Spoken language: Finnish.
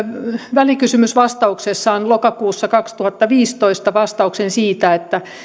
välikysymysvastauksessaan lokakuussa kaksituhattaviisitoista vastauksen siitä että